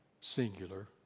singular